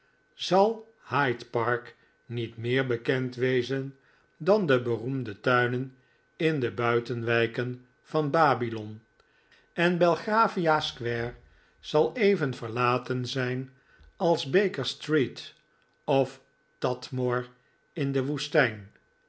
zal hyde park niet meer bekend wezen dan de beroemde tuinen in de buitenwijken van babylon en belgravia square zal even verlaten zijn als baker street of tadmor in de woestijn